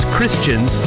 Christians